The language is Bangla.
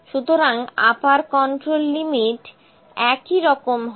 সুতরাং আপার কন্ট্রোল লিমিট একইরকম হবে